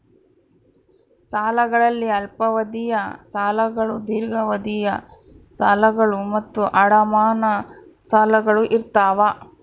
ಸಾಲಗಳಲ್ಲಿ ಅಲ್ಪಾವಧಿಯ ಸಾಲಗಳು ದೀರ್ಘಾವಧಿಯ ಸಾಲಗಳು ಮತ್ತು ಅಡಮಾನ ಸಾಲಗಳು ಇರ್ತಾವ